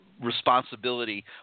responsibility